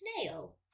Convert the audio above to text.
Snail